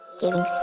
giving